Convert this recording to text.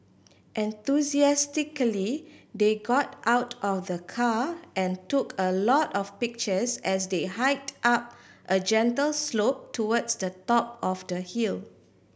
enthusiastically they got out of the car and took a lot of pictures as they hiked up a gentle slope towards the top of the hill